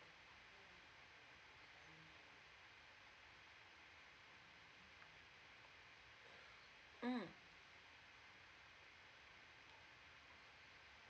mm